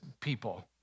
people